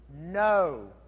No